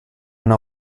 know